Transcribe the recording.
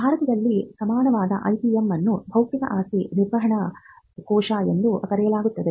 ಭಾರತದಲ್ಲಿ ಸಮಾನವಾದ IPM ಅನ್ನು ಬೌದ್ಧಿಕ ಆಸ್ತಿ ನಿರ್ವಹಣಾ ಕೋಶ ಎಂದು ಕರೆಯಲಾಗುತ್ತದೆ